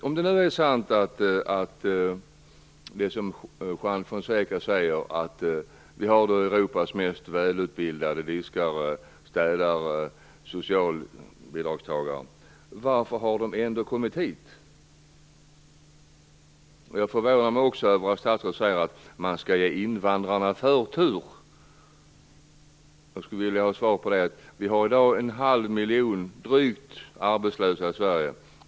Om det nu är sant som Juan Fonseca säger, att vi har Europas mest välutbildade diskare, städare och socialbidragstagare - varför har de i så fall ändå kommit hit? Jag förvånar mig också över att statsrådet säger att man skall ge invandrarna förtur. Vi har i dag drygt en halv miljon arbetslösa i Sverige.